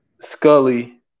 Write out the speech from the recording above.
Scully